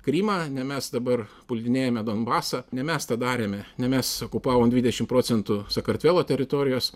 krymą ne mes dabar puldinėjame donbasą ne mes tą darėme ne mes okupavom dvidešimt procentų sakartvelo teritorijos